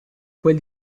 quel